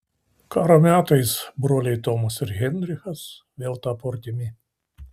karo metais broliai tomas ir heinrichas vėl tapo artimi